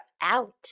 out